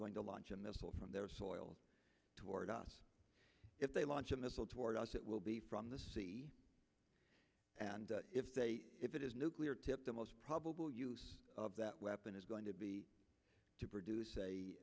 going to launch a missile from their soil toward us if they launch a missile toward us it will be from the sea and if they if it is nuclear tipped the most probable use of that weapon is going to be to produce